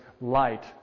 light